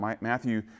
Matthew